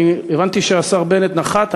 אני הבנתי שהשר בנט נחת.